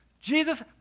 Jesus